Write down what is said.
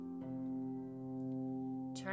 Turn